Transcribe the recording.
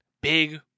big